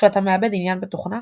כשאתה מאבד עניין בתוכנה,